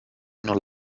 non